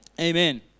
amen